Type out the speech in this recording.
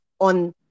on